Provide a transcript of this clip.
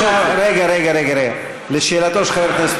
חברי הכנסת,